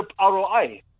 ROI